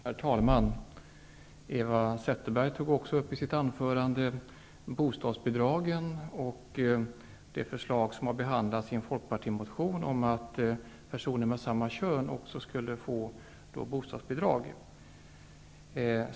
Herr talman! Eva Zetterberg tog i sitt anförande även upp bostadsbidragen och det förslag som har behandlats i en folkpartimotion om att också personer av samma kön skall kunna få bostadsbidrag.